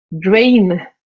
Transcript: drain